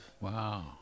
Wow